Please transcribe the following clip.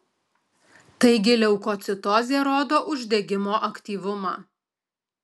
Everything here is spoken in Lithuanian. taigi leukocitozė rodo uždegimo aktyvumą